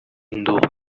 nduba